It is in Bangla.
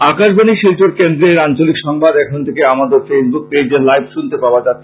আকাশবাণী শিলচর কেন্দ্রের আঞ্চলিক সংবাদ এখন থেকে আমাদের ফেইসবুক পেজে লাইভ শুনতে পাওয়া যাচ্ছে